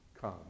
come